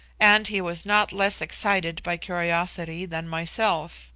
and he was not less excited by curiosity than myself.